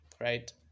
right